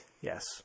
Yes